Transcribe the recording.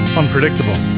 unpredictable